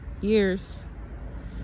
years